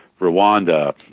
Rwanda